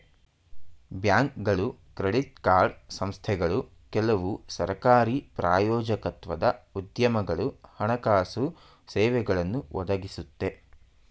ಬ್ಯಾಂಕ್ಗಳು credit card ಸಂಸ್ಥೆಗಳು ಕೆಲವು ಸರಕಾರಿ ಪ್ರಾಯೋಜಕತ್ವದ ಉದ್ಯಮಗಳು ಹಣಕಾಸು ಸೇವೆಗಳನ್ನು ಒದಗಿಸುತ್ತೆ